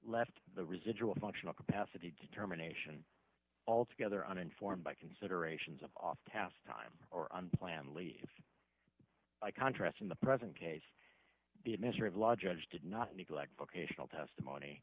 left the residual functional capacity determination altogether uninformed by considerations of off task time or unplanned leave contrast in the present case the administrative law judge did not neglect vocational testimony